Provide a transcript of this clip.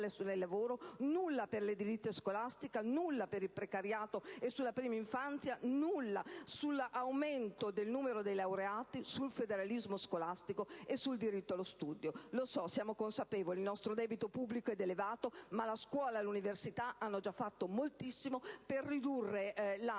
nulla per il precariato e per la prima infanzia, e nulla, infine, per l'aumento del numero dei laureati, sul federalismo scolastico e sul diritto allo studio. Lo so, ne sono consapevole, il nostro debito pubblico è elevato, ma la scuola e l'università hanno già fatto moltissimo in termini